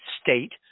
state